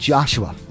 Joshua